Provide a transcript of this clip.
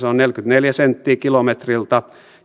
on neljäkymmentäneljä senttiä kilometriltä